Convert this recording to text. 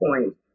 points